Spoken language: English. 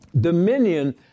Dominion